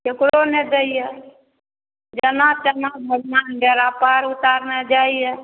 ककरो नहि दैए जेना तेना भगवान बेड़ा पार उतारने जाइए